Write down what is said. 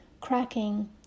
cracking